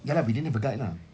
ya lah we didn't have a guide lah